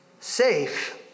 safe